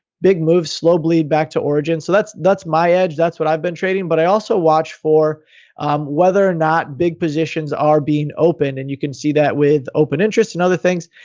big moves, slow bleed back to origin. so that's that's my edge, that's what i've been trading. but i also watch for whether or not big positions are being open and you can see that with open interest and other things.